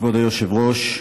כבוד היושב-ראש,